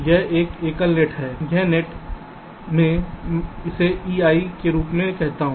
यह एक एकल नेट है यह नेट मैं इसे ei के रूप में कहता हूं